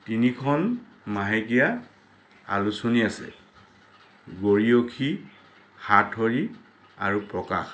তিনিখন মাহেকীয়া আলোচনী আছে গৰিয়সী সাতসৰী আৰু প্ৰকাশ